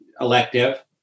elective